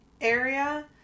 area